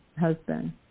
husband